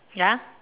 ya